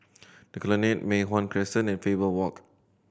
The Colonnade Mei Hwan Crescent and Faber Walk